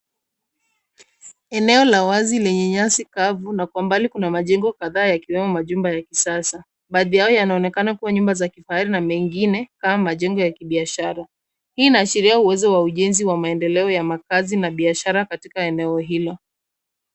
Eneo la wazi lenye nyasi kavu na kwa umbali kuna majengo kadhaa yakiwemo majumba ya kisasa. Baadhi yao yanaonekana kuwa nyumba za kifahari na mengine kama majengo ya kibiashara. Hii inaashiria uwezo wa ujenzi wa maendeleo ya makazi na biashara katika eneo hilo.